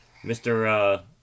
Mr